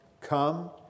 come